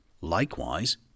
Likewise